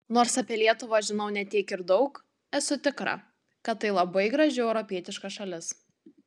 nors apie lietuvą žinau ne tiek ir daug esu tikra kad tai labai graži europietiška šalis